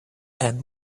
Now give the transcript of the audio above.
and